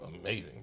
amazing